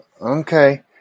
Okay